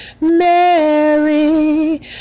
Mary